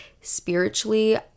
spiritually